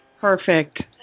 Perfect